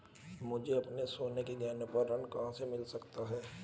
मुझे अपने सोने के गहनों पर ऋण कहां से मिल सकता है?